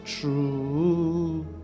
true